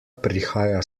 prihaja